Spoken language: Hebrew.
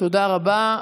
תודה רבה.